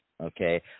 Okay